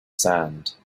sand